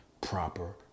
proper